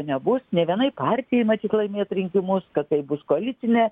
nebus nė vienai partijai matyt laimėt rinkimus kad taip bus koalicinė